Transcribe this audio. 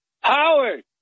Howard